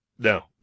No